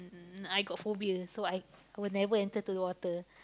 n~ I got phobia so I I will never enter into the water